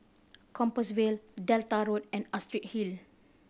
Compassvale Delta Road and Astrid Hill